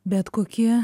bet kokie